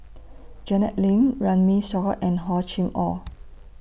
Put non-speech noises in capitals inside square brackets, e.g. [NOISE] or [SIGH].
[NOISE] Janet Lim Runme Shaw and Hor Chim Or